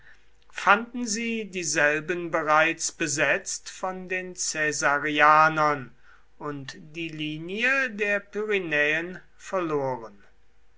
fanden sie dieselben bereits besetzt von den caesarianern und die linie der pyrenäen verloren